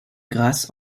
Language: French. grasse